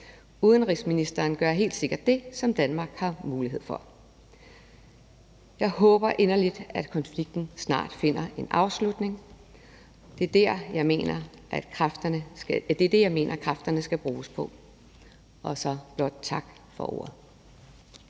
Udenrigsministeren gør helt sikkert det, som Danmark har mulighed for. Jeg håber inderligt, at konflikten snart finder en afslutning. Det er det, jeg mener kræfterne skal bruges på. Og så vil jeg blot sige tak for ordet.